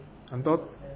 很多